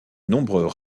nombreux